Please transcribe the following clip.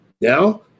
Now